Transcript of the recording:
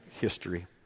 history